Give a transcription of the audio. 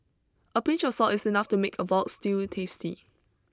a pinch of salt is enough to make a vault stew tasty